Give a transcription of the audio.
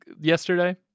yesterday